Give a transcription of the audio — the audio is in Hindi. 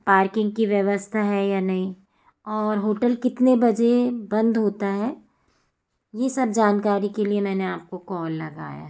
पार्किंग की व्यवस्था है या नहीं और होटल कितने बजे बन्द होता है यह सब जानकारी के लिए मैंने आपको कॉल लगाया है